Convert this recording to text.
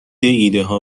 ایدهها